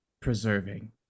...preserving